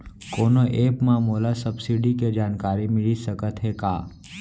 कोनो एप मा मोला सब्सिडी के जानकारी मिलिस सकत हे का?